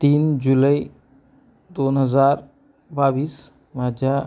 तीन जुलै दोन हजार बावीस माझ्या